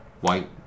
white